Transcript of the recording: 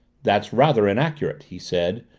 that's rather inaccurate, he said,